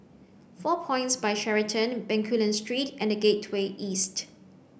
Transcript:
four points By Sheraton Bencoolen Street and Gateway East